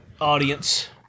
Audience